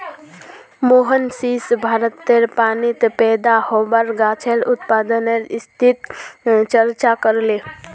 मोहनीश भारतेर पानीत पैदा होबार गाछेर उत्पादनेर स्थितिर चर्चा करले